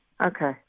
Okay